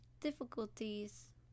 difficulties